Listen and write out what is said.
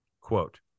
quote